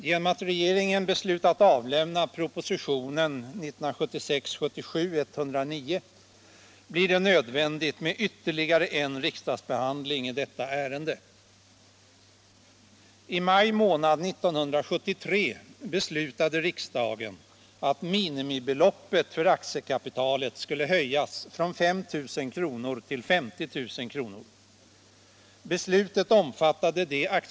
Genom att regeringen beslutat avlämna propositionen 1976/77:109 har det blivit nödvändigt med ytterligare en riksdagsbehandling i detta ärende.